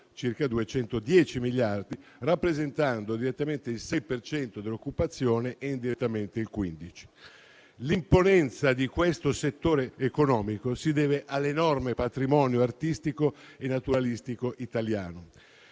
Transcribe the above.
(circa 210 miliardi), rappresentando direttamente il 6 per cento dell'occupazione e indirettamente il 15 per cento. L'imponenza di questo settore economico si deve all'enorme patrimonio artistico e naturalistico italiano: